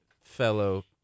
fellow